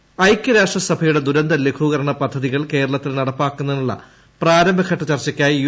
സംഘം ഐക്യരാഷ്ട്ര സഭയുടെ ദുരന്ത് ല്ഘൂകരണ പദ്ധതികൾ കേരളത്തിൽ നടപ്പാക്കുന്നതിനുള്ള പ്രാരംഭഘട്ട ചർച്ചയ്ക്കായി യു